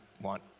want